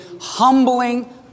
humbling